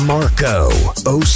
Marco